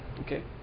okay